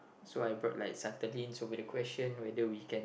so I brought like subtly into the question whether we can